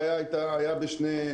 היא שיש לי שני בתי